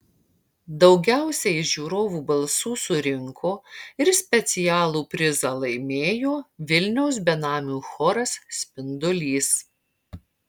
daugiausiai žiūrovų balsų surinko ir specialų prizą laimėjo vilniaus benamių choras spindulys